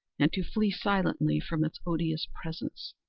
and to flee silently from its odious presence,